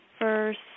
first